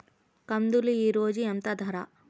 కందులు ఈరోజు ఎంత ధర?